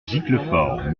giclefort